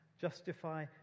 Justify